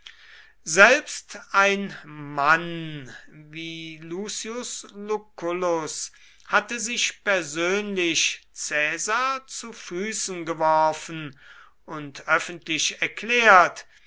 selbst ein mann wie lucius lucullus hatte sich persönlich caesar zu füßen geworfen und öffentlich erklärt